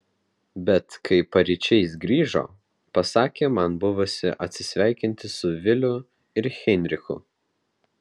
bet kai paryčiais grįžo pasakė man buvusi atsisveikinti su viliu ir heinrichu